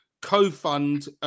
co-fund